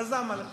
אז למה לך?